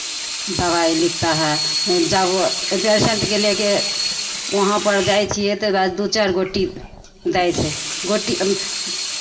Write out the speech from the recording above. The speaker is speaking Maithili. दबाइ लिखता है जब पेशेंटके लए कऽ वहाँपर जाइ छियै तकर बाद दू चारि गोटी दै छै गोटी